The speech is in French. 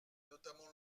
notamment